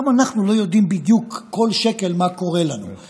גם אנחנו לא יודעים בדיוק מה קורה לנו עם כל שקל.